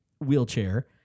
Wheelchair